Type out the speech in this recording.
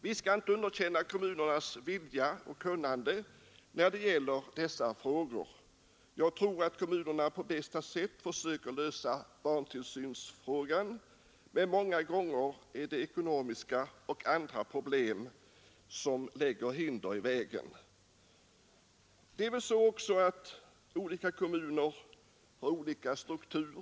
Vi skall inte underkänna kommunernas vilja och kunnande när det gäller dessa frågor. Jag tror att kommunerna på bästa sätt försöker lösa barntillsynsfrågan, men många gånger är det ekonomiska och andra problem som lägger hinder i vägen. Det är också så att olika kommuner har olika struktur.